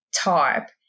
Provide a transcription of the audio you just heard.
type